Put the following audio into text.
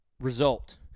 Result